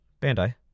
Bandai